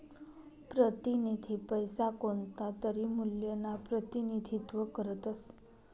प्रतिनिधी पैसा कोणतातरी मूल्यना प्रतिनिधित्व करतस